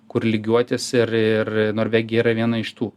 kur lygiuotis ir ir norvegija yra viena iš tų